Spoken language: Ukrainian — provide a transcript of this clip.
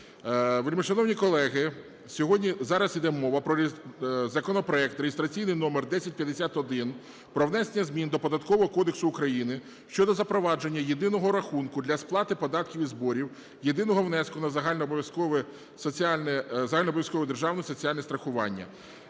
Вельмишановні колеги, сьогодні… зараз йде мова про законопроект (реєстраційний номер 1051) про внесення змін до Податкового кодексу України щодо запровадження єдиного рахунку для сплати податків і зборів, єдиного внеску на загальнообов'язкове державне соціальне страхування.